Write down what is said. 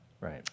Right